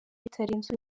bitarenze